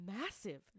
massive